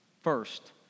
first